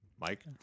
Mike